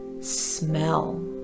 smell